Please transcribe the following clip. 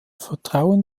vertrauen